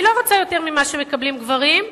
והיא לא רוצה יותר ממה שמקבלים גברים,